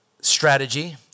strategy